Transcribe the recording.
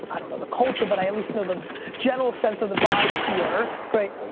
i don't know the culture, but i at least know the general sense of the vibe here. great.